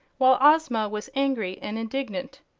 while ozma was angry and indignant.